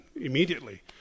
immediately